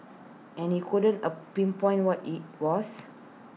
and he couldn't A pinpoint what IT was